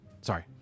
Sorry